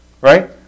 Right